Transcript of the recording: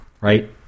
right